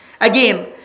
Again